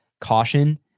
caution